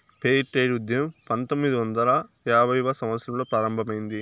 fair trade ఉద్యమం పంతొమ్మిదవ వందల యాభైవ సంవత్సరంలో ప్రారంభమైంది